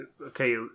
okay